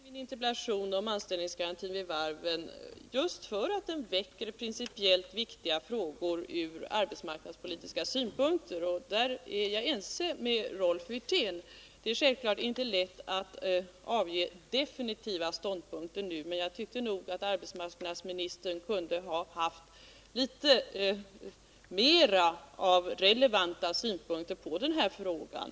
Fru talman! Jag har framställt min interpellation om anställningsgaranti för de anställda vid varven just för att belysa principiellt viktiga frågor ur arbetsmarknadspolitisk synpunkt. Där är jag ense med Rolf Wirtén. Det är självfallet inte lätt att ta definitiv ståndpunkt nu, men jag tycker nog att arbetsmarknadsministern kunde ha anlagt litet mera relevanta synpunkter på den här frågan.